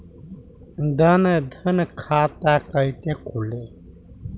जनधन खाता कइसे खुली?